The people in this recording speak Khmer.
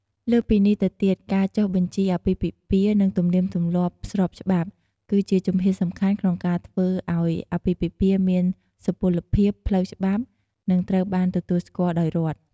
លើសពីនេះទៅទៀតការចុះបញ្ជីអាពាហ៍ពិពាហ៍និងទំនៀមទម្លាប់ស្របច្បាប់ គឺជាជំហានសំខាន់ក្នុងការធ្វើអោយអាពាហ៍ពិពាហ៍មានសុពលភាព ផ្លូវច្បាប់ និងត្រូវបានទទួលស្គាល់ ដោយរដ្ឋ។